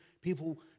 People